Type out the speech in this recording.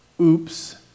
oops